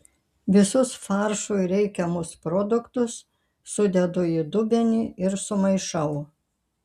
visus faršui reikiamus produktus sudedu į dubenį ir sumaišau